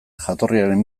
jatorriaren